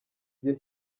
iryo